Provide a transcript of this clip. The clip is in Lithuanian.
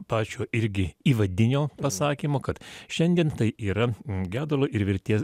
pačio irgi įvadinio pasakymo kad šiandien tai yra gedulo ir vilties